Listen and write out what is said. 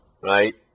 right